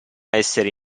essere